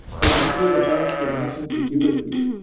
but you say the violence has nothing to do with you.